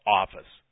office